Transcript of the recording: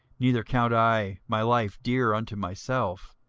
neither count i my life dear unto myself,